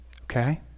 Okay